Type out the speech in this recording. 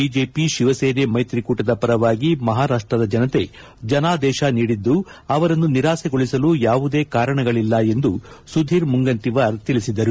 BJP Shiv Sena ಮೈತ್ರಿಕೂಟದ ಪರವಾಗಿ ಮಹಾರಾಷ್ಟದ ಜನತೆ ಜನಾದೇಶ ನೀಡಿದ್ದು ಅವರನ್ನು ನಿರಾಸೆಗೊಳಿಸಲು ಯಾವುದೇ ಕಾರಣಗಳಲ್ಲ ಎಂದು ಸುಧೀರ್ ಮುಂಗಂತಿವಾರ್ ತಿಳಿಸಿದರು